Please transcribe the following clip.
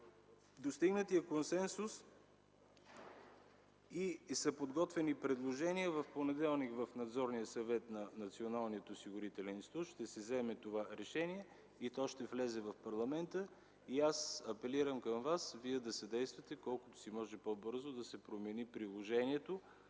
Достигнат е консенсус и са подготвени предложения. В понеделник в Надзорния съвет на Националния осигурителен институт ще се вземе това решение и то ще влезе в парламента. Аз апелирам към вас да съдействате колкото се може по-бързо да се промени приложението